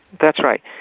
that's right.